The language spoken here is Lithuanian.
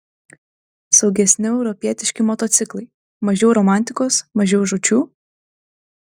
saugesni europietiški motociklai mažiau romantikos mažiau žūčių